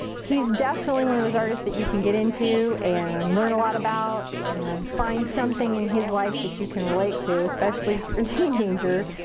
he's definitely one of those artists that you can get into and learn a lot about. and find something in his life that you can relate to, especially if you're a teenager.